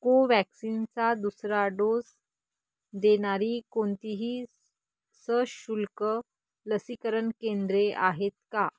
कोव्हॅक्सिनचा दुसरा डोस देणारी कोणतीही सशुल्क लसीकरण केंद्रे आहेत का